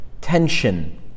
tension